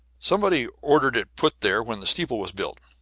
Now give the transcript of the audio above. somebody ordered it put there when the steeple was built.